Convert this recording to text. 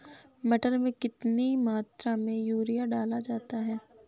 मटर में कितनी मात्रा में यूरिया डाला जाता है?